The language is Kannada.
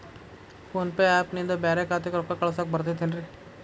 ಫೋನ್ ಪೇ ಆ್ಯಪ್ ನಿಂದ ಬ್ಯಾರೆ ಖಾತೆಕ್ ರೊಕ್ಕಾ ಕಳಸಾಕ್ ಬರತೈತೇನ್ರೇ?